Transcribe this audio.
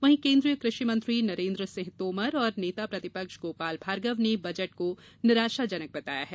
वहीं केन्द्रीय कृषि मंत्री नरेन्द्र सिंह तोमर और नेता प्रतिपक्ष गोपाल भार्गव ने बजट को निराशाजनक बताया है